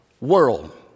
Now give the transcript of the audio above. world